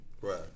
Right